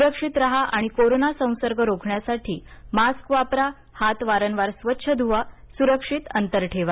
सुक्षित राहा आणि कोरोना संसर्ग रोखण्यासाठी मास्क वापरा हात वारंवार स्वच्छ धुवा आणि सुरक्षित अंतर राखा